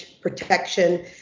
protection